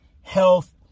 health